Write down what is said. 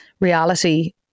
Reality